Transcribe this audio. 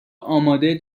آماده